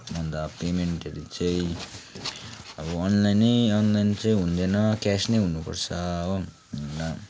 अन्त पेमेन्टहरू चाहिँ अब अनलाइन नै अनलाइन चाहिँ हुँदैन क्यास नै हुनुपर्छ हो अन्त